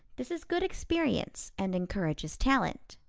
this is good experience and encourages talent.